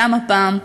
גם הפעם,